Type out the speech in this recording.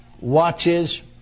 watches